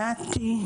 שעתי,